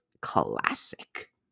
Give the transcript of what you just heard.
classic